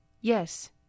Yes